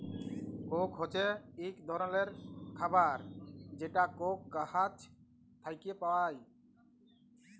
Coke হছে ইক ধরলের খাবার যেটা কোক গাহাচ থ্যাইকে পায়